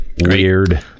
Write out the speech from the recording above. Weird